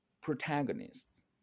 protagonists